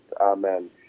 amen